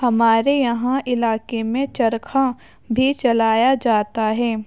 ہمارے یہاں علاقے میں چرخہ بھی چلایا جاتا ہے